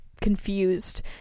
confused